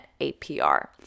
APR